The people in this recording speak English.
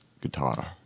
guitar